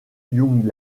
young